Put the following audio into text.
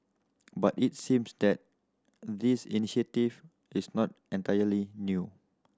but it seems that this initiative is not entirely new